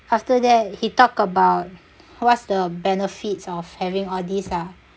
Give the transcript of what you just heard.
after that he talk about what's the benefits of having all this ah